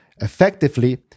Effectively